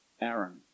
Aaron